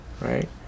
right